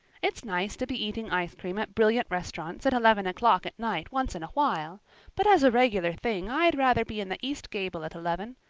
it's nice to be eating ice cream at brilliant restaurants at eleven o'clock at night once in a while but as a regular thing i'd rather be in the east gable at eleven,